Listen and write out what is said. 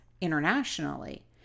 internationally